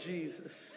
Jesus